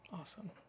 Awesome